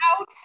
out